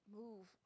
move